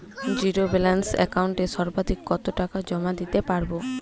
Zero balance একাউন্টে সর্বাধিক কত টাকা জমা দিতে পারব?